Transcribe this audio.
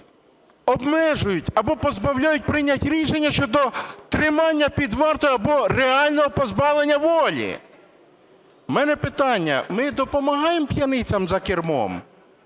обмежують або позбавляють прийняття рішення щодо тримання під вартою або реального позбавлення волі. В мене питання: ми допомагаємо п'яницям за кермом